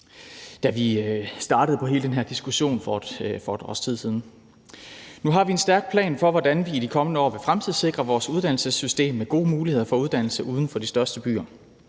da vi startede på hele den her diskussion for et års tid siden. Nu har vi en stærk plan for, hvordan vi i de kommende år vil fremtidssikre vores uddannelsessystem med gode muligheder for uddannelse uden for de største byer.